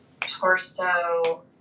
torso